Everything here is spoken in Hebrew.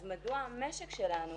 אז מדוע המשק שלנו